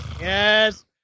Yes